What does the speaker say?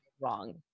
wrong